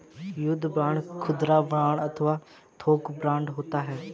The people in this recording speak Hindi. युद्ध बांड खुदरा बांड अथवा थोक बांड हो सकते हैं